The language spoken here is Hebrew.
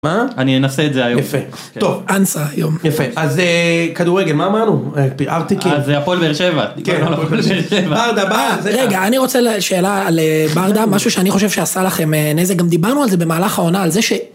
מה? אני אנסה את זה היום. יפה. טוב, אנסרה היום, יפה, אז כדורגל מה אמרנו? על פי ארטיקים. הפועל באר שבע, רגע, אני רוצה שאלה על ברדה משהו שאני חושב שעשה לכם נזק גם דיברנו על זה במהלך העונה על זה ש...